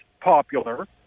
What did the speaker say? popular